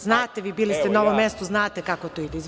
Znate vi, bili ste na ovom mestu, znate kako to ide.